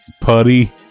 Putty